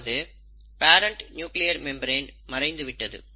அதாவது parent nuclear membrane மறைந்து விட்டது